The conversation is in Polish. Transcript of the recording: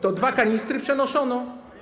To dwa kanistry przenoszą?